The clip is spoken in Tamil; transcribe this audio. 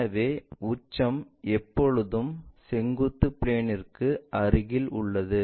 எனவே உச்சம் எப்போதும் செங்குத்து பிளேன்ற்கு அருகில் உள்ளது